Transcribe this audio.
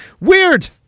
weird